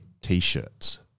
t-shirts